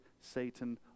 Satan